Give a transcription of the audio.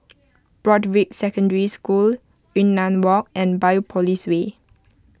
Broadrick Secondary School Yunnan Walk and Biopolis Way